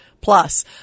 Plus